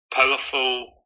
Powerful